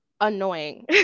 annoying